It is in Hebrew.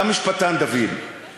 לא מעניין אותם?